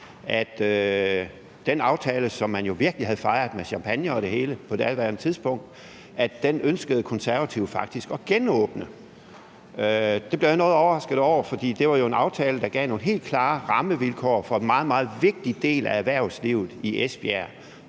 at den aftale, som man jo virkelig havde fejret med champagne og det hele på daværende tidspunkt, ønskede Konservative faktisk at genåbne. Det blev jeg noget overrasket over, for det var jo en aftale, der gav nogle helt klare rammevilkår for en meget, meget vigtig del af erhvervslivet i Esbjerg